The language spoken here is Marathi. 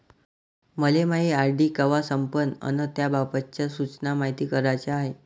मले मायी आर.डी कवा संपन अन त्याबाबतच्या सूचना मायती कराच्या हाय